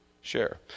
share